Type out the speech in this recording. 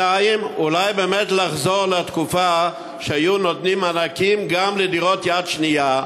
2. אולי באמת לחזור לתקופה שהיו נותנים מענקים גם לדירות יד שנייה,